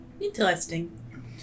Interesting